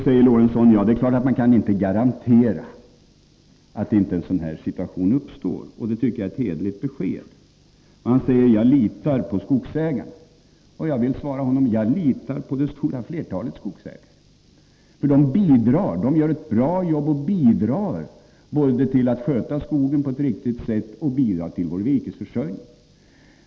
Lorentzon sade att det är klart att man inte kan garantera att en sådan situation inte uppstår igen. Det tycker jag är ett hederligt besked. Han sade: Jag litar på skogsägarna. Jag vill svara honom: Jag litar på det stora flertalet skogsägare — de gör ett bra jobb; de både bidrar till att sköta skogen på ett riktigt sätt och bidrar till vår virkesförsörjning.